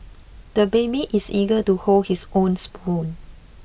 the baby is eager to hold his own spoon